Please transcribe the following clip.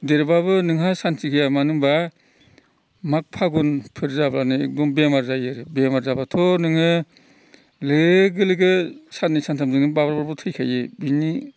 देरब्लाबो नोंहा सान्थि गैया मानो होमब्ला माग फागुन फोर जाब्लानो एगदम बेमार जायो बेमार जाब्लाथ' नोङो लोगो लोगो साननै सानथाम जोंनो नोङो बाब्राब बाब्राब थैखायो बिनि